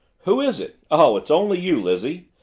who is it oh, it's only you, lizzie,